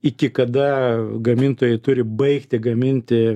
iki kada gamintojai turi baigti gaminti